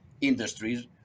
industries